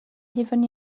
hufen